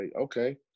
okay